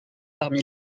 parmi